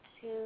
two